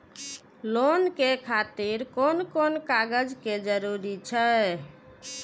Loan के खातिर कोन कोन कागज के जरूरी छै?